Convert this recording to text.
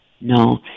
No